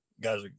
guys